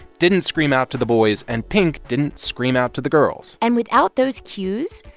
didn't scream out to the boys, and pink didn't scream out to the girls and without those cues,